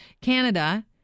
Canada